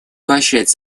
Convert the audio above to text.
поощрять